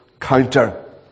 counter